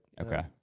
Okay